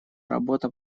работа